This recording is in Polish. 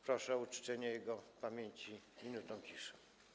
Proszę o uczczenie jego pamięci minutą ciszy.